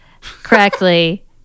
correctly